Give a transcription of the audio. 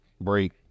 break